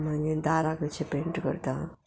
मागीर दाराक अशें पेंट करता